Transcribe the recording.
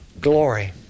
glory